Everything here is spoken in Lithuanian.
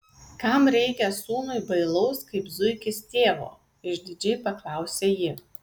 kam reikia sūnui bailaus kaip zuikis tėvo išdidžiai paklausė ji